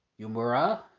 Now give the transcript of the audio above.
Yumura